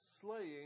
slaying